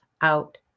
out